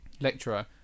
lecturer